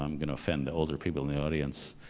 i'm going to offend the older people in the audience,